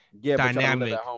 dynamic